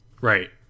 Right